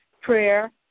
prayer